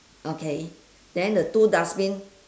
okay then the two dustbin